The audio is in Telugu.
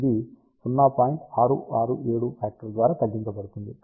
667 ఫ్యాక్టర్ ద్వారా తగ్గించబడుతుంది